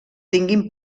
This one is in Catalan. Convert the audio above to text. tinguin